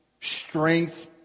strength